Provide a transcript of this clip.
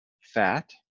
fat